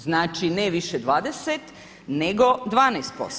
Znači, ne više 20 nego 12%